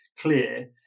clear